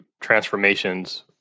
transformations